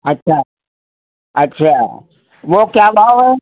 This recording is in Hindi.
अच्छा अच्छा वो क्या भाव है